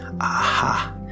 Aha